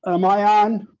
am i on.